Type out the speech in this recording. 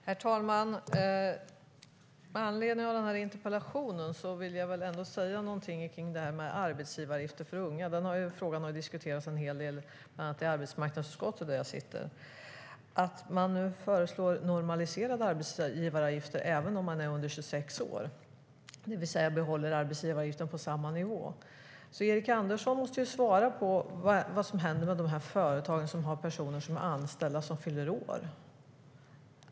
Herr talman! Med anledning av interpellationen vill jag säga någonting om det här med arbetsgivaravgifter för unga. Den frågan har diskuterats en hel del, bland annat i arbetsmarknadsutskottet där jag sitter. Man föreslår nu normaliserade arbetsgivaravgifter för dem under 26 år, det vill säga att man behåller arbetsgivaravgiften på samma nivå. Erik Andersson måste svara på vad som händer med de företag som har anställda som fyller år.